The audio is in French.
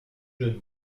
jeune